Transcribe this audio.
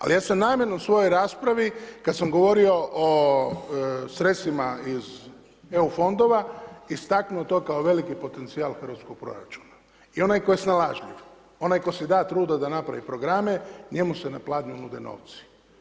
Ali ja sam namjerno u svojoj raspravi kad sam govorio o sredstvima iz EU fondova istaknuo to kao veliki potencijal Hrvatskog proračuna, i onaj tko je snalažljiv, onaj tko se da truda da napravi programe njemu se na pladnju nude novci.